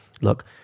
Look